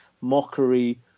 mockery